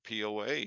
poa